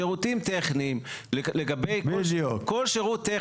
שירותים טכניים, כל שירות טכני.